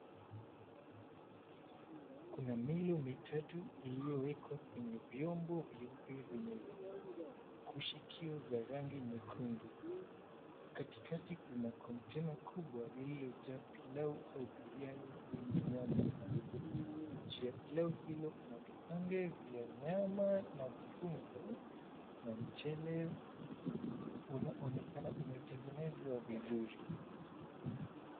Kuna milo mitatu iliyowekwa kwenye vyeupe vyenye kushikio za rangi nyekundu. Katikati kuna kontena kubwa, lililojaa pilau au biriani yenye nyama. Juu ya pilau hilo kuna vipande vya nyama na viungo, na mchele unaonekana umetengenezwa vizuri.